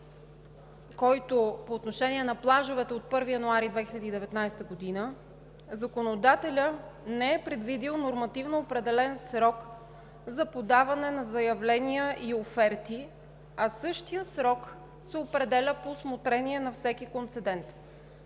по отношение на плажовете от 1 януари 2019 г. законодателят не е предвидил нормативно определен срок за подаване на заявления и оферти, а същият срок се определя по усмотрение на всеки концедент.